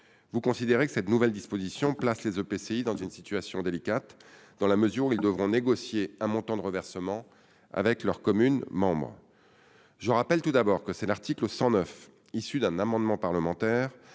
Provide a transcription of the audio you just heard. Vous considérez que cette nouvelle disposition place les EPCI dans une situation délicate, dans la mesure où ils devront négocier un montant de reversement avec leurs communes membres. Je rappelle tout d'abord que c'est l'article 109, issu d'un amendement parlementaire,